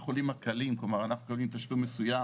כרגע החקיקה היא הוראת שעה עד